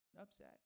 upset